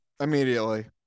immediately